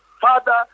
Father